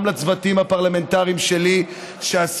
גם לצוותים הפרלמנטריים שלי,